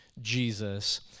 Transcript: Jesus